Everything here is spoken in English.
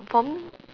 for me